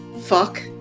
Fuck